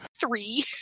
Three